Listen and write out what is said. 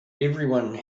everyone